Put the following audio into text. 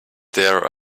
there